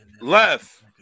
Left